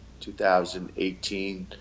2018